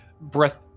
breath